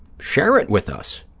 share it with us.